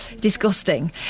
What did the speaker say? disgusting